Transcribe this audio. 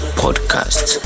podcast